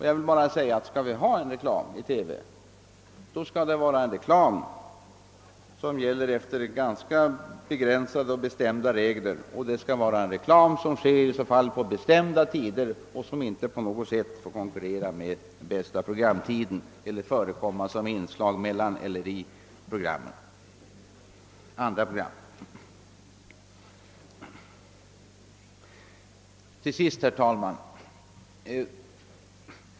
Jag vill bara säga att om vi skall ha reklam i TV, skall det vara reklam som iakttar begränsade och bestämda regler, det skall vara en reklam på bestämda tider och inte på bästa programtid, och den får inte förekomma som inslag i andra program. Herr talman!